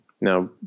now